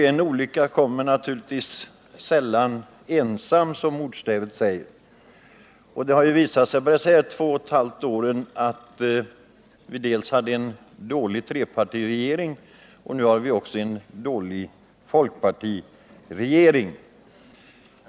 En olycka kommer sällan ensam, säger ordstävet. Det har visat sig på dessa två och ett halvt år, då vi först hade en dålig trepartiregering och sedan en dålig folkpartiregering.